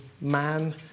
man